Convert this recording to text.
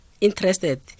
interested